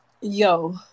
Yo